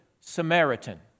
Samaritan